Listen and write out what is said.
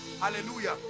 Hallelujah